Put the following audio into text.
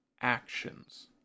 actions